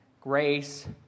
Grace